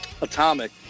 Atomic